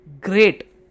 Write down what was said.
Great